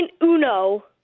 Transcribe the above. Uno